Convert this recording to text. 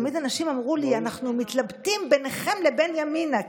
תמיד אמרו לי אנשים: אנחנו מתלבטים ביניכם לבין ימינה.